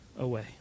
away